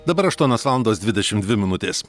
dabar aštuonios valandos dvidešimt dvi minutės